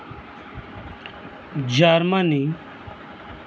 Germany